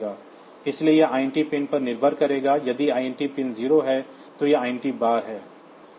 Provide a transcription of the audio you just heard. इसलिए यह INT pin पर निर्भर करेगा यदि INT पिन 0 है तो यह INT बार है